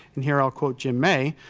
and here i will quote jim may,